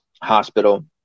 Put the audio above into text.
hospital